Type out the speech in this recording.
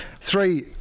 three